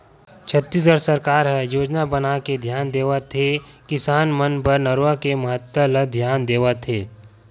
छत्तीसगढ़ सरकार ह योजना बनाके धियान देवत हे किसान मन बर नरूवा के महत्ता ल धियान देवत